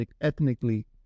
ethnically